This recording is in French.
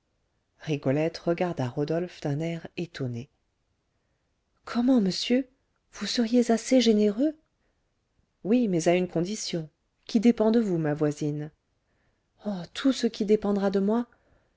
rigolette regarda rodolphe d'un air étonné comment monsieur vous seriez assez généreux oui mais à une condition qui dépend de vous ma voisine oh tout ce qui dépendra de moi